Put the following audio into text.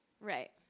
Right